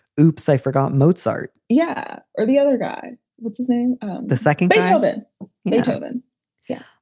whoops, i forgot mozart yeah. or the other guy would sing the second beethoven beethoven yeah.